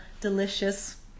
delicious